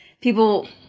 people